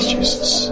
Jesus